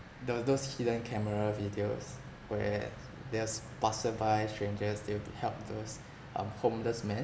tho~ those hidden camera videos where there's passerby strangers they want to help those um homeless man